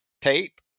tape